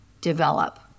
develop